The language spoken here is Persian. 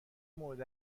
مورد